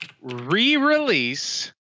re-release